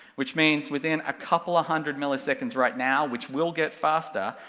which means within a couple of hundred milliseconds right now, which will get faster,